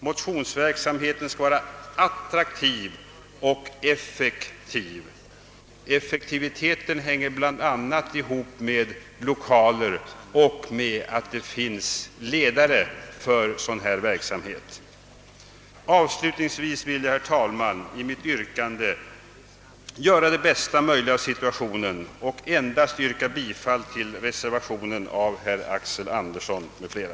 Motionsverksamheten skall vara attraktiv och effektiv. Effektiviteten hänger bl.a. ihop med att det finns lokaler och ledare för sådan verksamhet. Avslutningsvis vill jag, herr talman göra det bästa möjliga av den föreliggande situationen och endast yrka bifall till reservationen av herr Axel Andersson m.fl.